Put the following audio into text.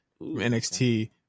NXT